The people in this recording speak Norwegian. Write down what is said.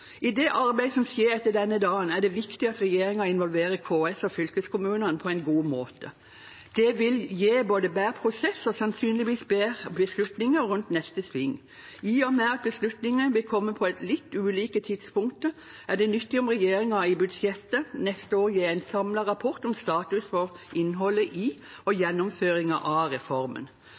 I det arbeidet som skjer etter denne dagen, er det viktig at regjeringen involverer KS og fylkeskommunene på en god måte. Det vil gi både en bedre prosess og, sannsynligvis, bedre beslutninger rundt neste sving. I og med at beslutninger vil komme på litt ulike tidspunkter, er det nyttig om regjeringen i budsjettet neste år gir en samlet rapport om status for innholdet i og gjennomføringen av reformen.